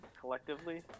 collectively